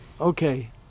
Okay